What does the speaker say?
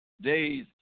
days